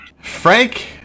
Frank